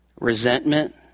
Resentment